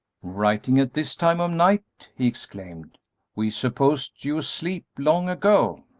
writing at this time of night! he exclaimed we supposed you asleep long ago.